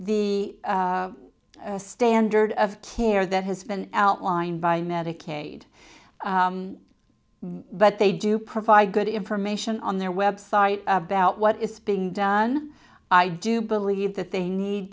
the standard of care that has been outlined by medicaid but they do provide good information on their website about what is being done i do believe that they need